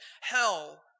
hell